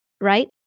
right